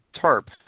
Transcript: TARP